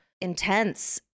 intense